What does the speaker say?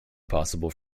possible